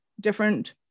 different